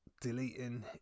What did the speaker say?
deleting